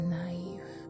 naive